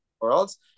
worlds